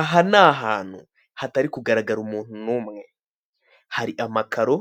Aha ni ahantu hatari kugaragara umuntu n'umwe, hari amakaro